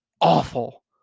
awful